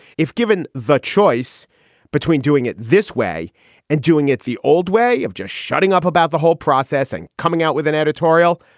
if given the choice between doing it this way and doing it the old way of just shutting up about the whole processing coming out with an editorial.